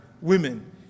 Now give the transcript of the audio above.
women